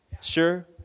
Sure